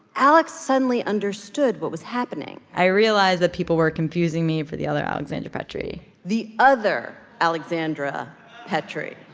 alex suddenly understood what was happening i realized that people were confusing me for the other alexandra petri the other alexandra petri.